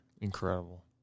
Incredible